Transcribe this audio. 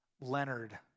Leonard